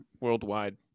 worldwide